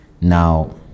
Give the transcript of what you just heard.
now